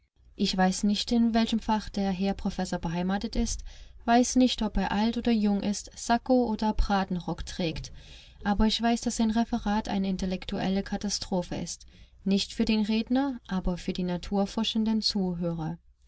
ich weiß nicht in welchem fach der herr professor beheimatet ist weiß nicht ob er alt oder jung ist sacco oder bratenrock trägt aber ich weiß daß sein referat eine intellektuelle katastrophe ist nicht für den redner aber für die naturforschenden zuhörer